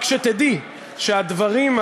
רק שתדעי שהדברים,